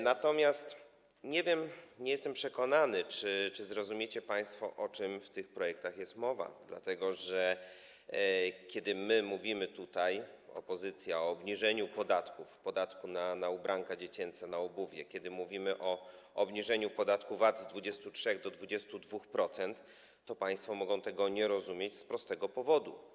Natomiast nie wiem, nie jestem przekonany, czy zrozumiecie państwo, o czym w tych projektach jest mowa, dlatego że kiedy mówimy tutaj, opozycja, o obniżeniu podatków, podatku na ubranka dziecięce, na obuwie, kiedy mówimy o obniżeniu podatku VAT z 23% do 22%, to państwo mogą tego nie rozumieć z prostego powodu.